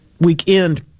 weekend